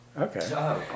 Okay